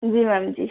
जी ma'am जी